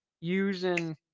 using